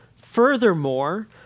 Furthermore